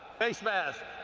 face mask,